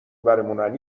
برمونن